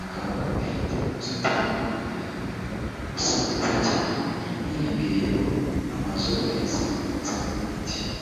ikaba ifite n'ubusitani imbere yayo busa neza cyane, hiyongeyeho n'amazu ayizengurutse n'ibiti.